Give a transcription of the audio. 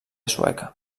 sueca